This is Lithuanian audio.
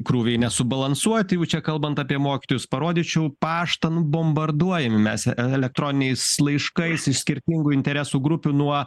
krūviai nesubalansuoti o čia kalbant apie mokytojus parodyčiau paštan bombarduojami mes elektroniniais laiškais iš skirtingų interesų grupių nuo